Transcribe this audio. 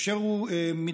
כאשר הוא מתגלה,